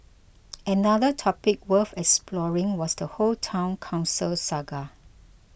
another topic worth exploring was the whole Town Council saga